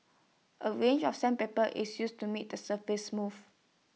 A range of sandpaper is used to make the surface smooth